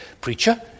preacher